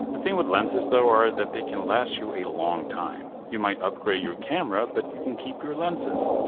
the thing with lenses though are that they can last you a long time. you might upgrade your camera but you can keep your lenses.